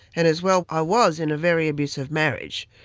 and as well i was in a very abusive marriage.